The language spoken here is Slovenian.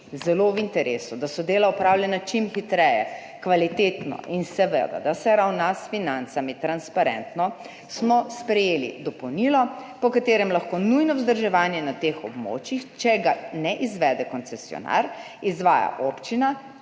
zelo v interesu, da so dela opravljena čim hitreje, kvalitetno in seveda, da se ravna s financami transparentno, smo sprejeli dopolnilo, po katerem lahko nujno vzdrževanje na teh območjih, če ga ne izvede koncesionar, izvaja občina